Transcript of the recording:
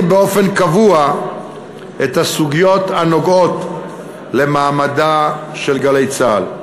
באופן קבוע את הסוגיות הנוגעות למעמדה של "גלי צה"ל".